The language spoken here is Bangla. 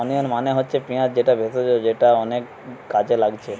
ওনিয়ন মানে হচ্ছে পিঁয়াজ যেটা ভেষজ যেটা অনেক কাজে লাগছে